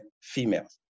females